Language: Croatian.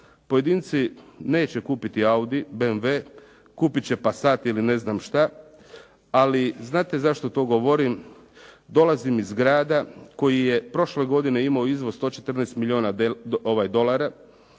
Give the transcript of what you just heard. pojedinci neće kupiti Audi, BMW, kupit će Passat ili ne znam šta. Ali, znate zašto to govorim? Dolazim iz grada koji je prošle godine imao izvoz 114 milijuna dolara,